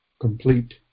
complete